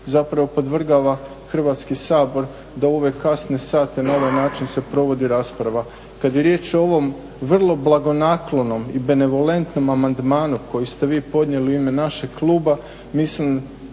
zapravo podvrgava Hrvatski sabor da u ove kasne sate na ovaj način se provodi rasprava. Kad je riječ o ovom vrlo blagonaklonom i benevolentnom amandmanu koji ste vi podnijeli u ime našeg kluba, mislim